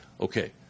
Okay